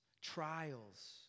trials